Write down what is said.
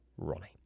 Ronnie